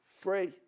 free